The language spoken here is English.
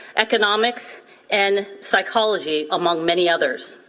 economics and psychology among many others.